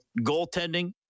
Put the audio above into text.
goaltending